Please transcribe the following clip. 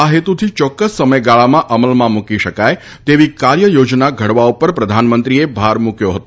આ હેતુથી ચોક્કસ સમયગાળામાં અમલમાં મૂકી શકાય તેવી કાર્યયોજના ઘડવા ઉપર પ્રધાનમંત્રીએ ભાર મૂક્યો હતો